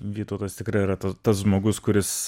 vytautas tikrai yra tas tas žmogus kuris